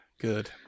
Good